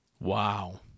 Wow